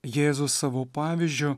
jėzus savo pavyzdžiu